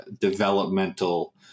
developmental